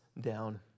down